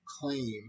claim